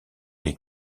les